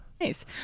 Nice